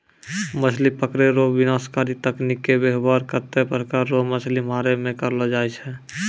मछली पकड़ै रो विनाशकारी तकनीकी के वेवहार कत्ते ने प्रकार रो मछली मारै मे करलो जाय छै